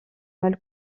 mal